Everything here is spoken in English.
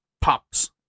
pops